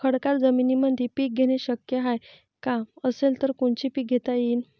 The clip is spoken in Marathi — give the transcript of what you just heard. खडकाळ जमीनीमंदी पिके घेणे शक्य हाये का? असेल तर कोनचे पीक घेता येईन?